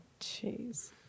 Jeez